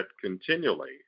continually